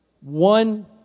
One